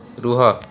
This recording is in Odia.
ରୁହ